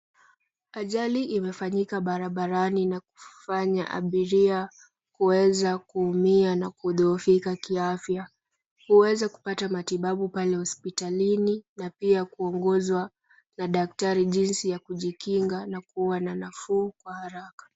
Ajali imefanyika barabarani na kufanya abiria kuweza kuumia na kudhoofika kiafya. Huweza kupata matibabu pale hospitalini na pia kuongozwa na daktari jinsi ya kujikinga na kuwa na nafuu kwa haraka.